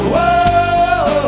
Whoa